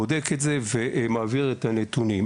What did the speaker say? בודק את זה ומעביר את הנתונים.